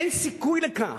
אין סיכוי לכך.